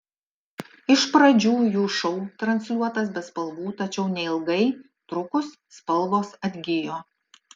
iš pradžių jų šou transliuotas be spalvų tačiau neilgai trukus spalvos atgijo